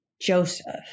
Joseph